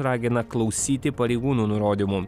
ragina klausyti pareigūnų nurodymų